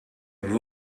and